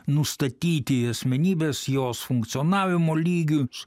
nustatyti asmenybes jos funkcionavimo lygius